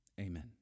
amen